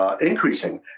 increasing